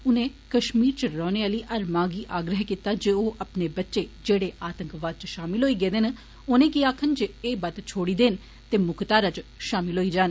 उनें कष्मीर च रौह्ले आले हर मां गी आग्रह कीता जे ओह् अपने बच्चें जेह्ड़े आतंकवाद च षामल होई गेदे न उनें गी आक्खन जे ओह एह वत्त छोड़ी देन ते मुक्ख धारा च षामल होई जान